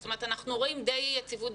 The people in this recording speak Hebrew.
זאת אומרת, אנחנו רואים די יציבות.